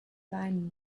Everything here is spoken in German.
weinen